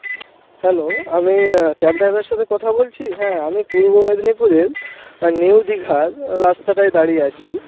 hello আমি cab driver সাথে কথা বলছি হ্যাঁ আমি পূর্ব মেদিনীপুরের নিউ দীঘার রাস্তাটায় দাঁড়িয়ে আছি